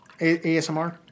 ASMR